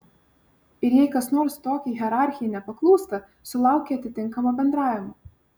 ir jei kas nors tokiai hierarchijai nepaklūsta sulaukia atitinkamo bendravimo